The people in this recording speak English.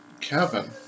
Kevin